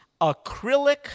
acrylic